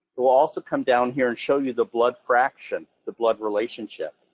it'll also come down here and show you the blood fraction, the blood relationship.